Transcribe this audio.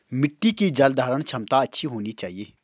मिट्टी की जलधारण क्षमता अच्छी होनी चाहिए